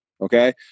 Okay